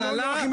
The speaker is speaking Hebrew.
ומילה על הסעיף,